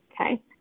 Okay